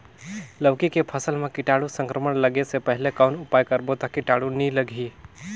लौकी के फसल मां कीटाणु संक्रमण लगे से पहले कौन उपाय करबो ता कीटाणु नी लगही?